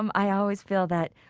um i always feel that,